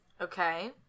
Okay